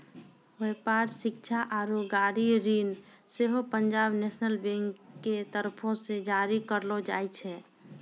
व्यापार, शिक्षा आरु गाड़ी ऋण सेहो पंजाब नेशनल बैंक के तरफो से जारी करलो जाय छै